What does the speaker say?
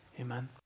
Amen